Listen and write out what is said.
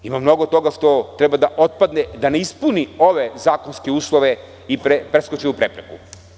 Ima mnogo toga što treba da otpadne, da ne ispuni ove zakonske uslove i preskoči ovu prepreku.